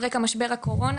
על רקע משבר וירוס הקורונה,